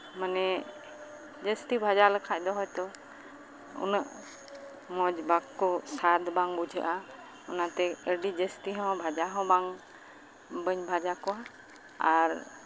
ᱢᱟᱱᱮ ᱡᱟᱹᱥᱛᱤ ᱵᱷᱟᱡᱟ ᱞᱮᱠᱷᱟᱱ ᱦᱳᱭᱛᱳ ᱩᱱᱟᱹᱜ ᱢᱚᱡᱽ ᱵᱟᱠᱚ ᱥᱟᱫ ᱵᱟᱝ ᱵᱩᱡᱷᱟᱹᱜᱼᱟ ᱚᱱᱟᱛᱮ ᱟᱹᱰᱤ ᱡᱟᱹᱥᱛᱤ ᱦᱚᱸ ᱵᱷᱟᱡᱟ ᱦᱚᱸ ᱵᱟᱝ ᱵᱟᱹᱧ ᱵᱷᱟᱡᱟ ᱠᱚᱣᱟ ᱟᱨ